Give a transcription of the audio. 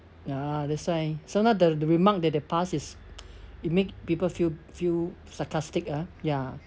ya that's why so now the the remark that they pass is it makes people feel feel sarcastic ah ya